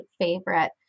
favorite